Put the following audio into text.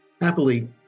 Happily